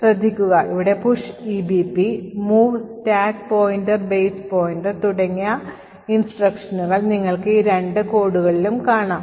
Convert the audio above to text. ശ്രദ്ധിക്കുക ഇവിടെ push EBP mov stack pointer base pointer തുടങ്ങിയ നിർദ്ദേശങ്ങൾ നിങ്ങൾക്ക് ഈ രണ്ട് codeകളിലും കാണാം